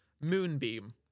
moonbeam